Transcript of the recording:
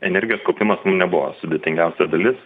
energijos kaupimas mum nebuvo sudėtingiausia dalis